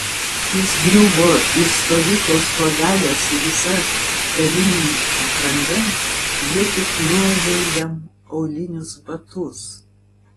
jis griuvo į stovyklos lovelę su visa karine apranga jie tik nuavė jam aulinius batus